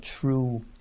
true